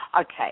okay